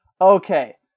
Okay